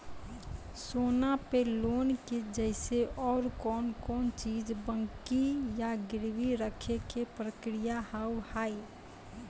सोना पे लोन के जैसे और कौन कौन चीज बंकी या गिरवी रखे के प्रक्रिया हाव हाय?